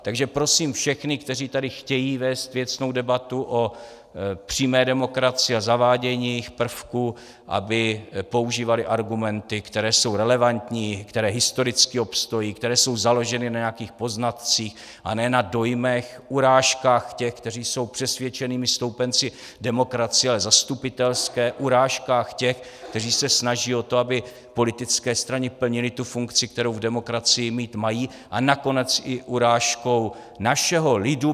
Takže prosím všechny, kteří tady chtějí vést věcnou debatu o přímé demokracii a zavádění jejích prvků, aby používali argumenty, které jsou relevantní, které historicky obstojí, které jsou založeny na nějakých poznatcích, a ne na dojmech, urážkách těch, kteří jsou přesvědčenými stoupenci demokracie, ale zastupitelské, urážkách těch, kteří se snaží o to, aby politické strany plnily funkci, kterou v demokracii mít mají, a nakonec i urážkách našeho lidu.